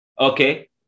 okay